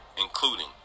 including